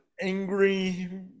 angry